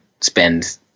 spend